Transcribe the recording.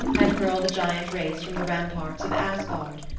and hurl the giant race from the ramparts of asgard.